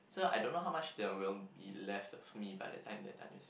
so I don't know how much there will be left of me but that time they are done with